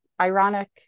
ironic